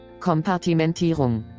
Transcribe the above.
Kompartimentierung